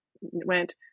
went